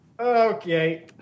Okay